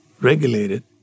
regulated